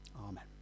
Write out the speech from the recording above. Amen